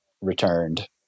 returned